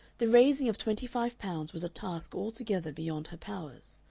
the raising of twenty-five pounds was a task altogether beyond her powers.